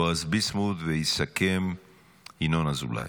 בועז ביסמוט, ויסכם ינון אזולאי.